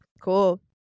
Cool